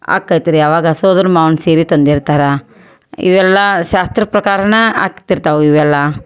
ಆಕೈತೆ ರೀ ಅವಾಗ ಸೋದ್ರ ಮಾವನ ಸೀರೆ ತಂದಿರ್ತಾರೆ ಇವೆಲ್ಲ ಶಾಸ್ತ್ರದ ಪ್ರಕಾರನೇ ಆಗ್ತಿರ್ತವೆ ಇವೆಲ್ಲ